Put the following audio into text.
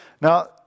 Now